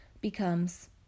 becomes